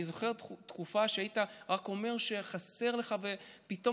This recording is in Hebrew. אני זוכר תקופה שהיית רק אומר שחסר לך ופתאום